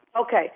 Okay